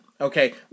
Okay